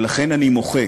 לכן אני מוחה,